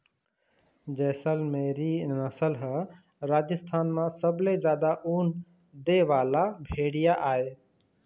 जैसलमेरी नसल ह राजस्थान म सबले जादा ऊन दे वाला भेड़िया आय